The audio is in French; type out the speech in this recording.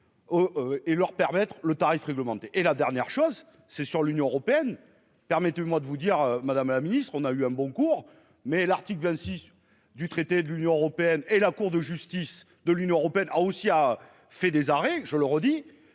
Et leur permettre le tarif réglementé et la dernière chose c'est sur l'Union européenne. Permettez-moi de vous dire madame la ministre, on a eu un bon cours mais l'article 26 du traité de l'Union européenne et la Cour de justice de l'Union européenne a aussi a fait des arrêts. Je le redis